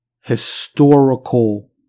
historical